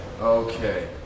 Okay